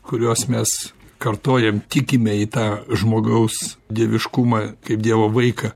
kuriuos mes kartojam tikime į tą žmogaus dieviškumą kaip dievo vaiką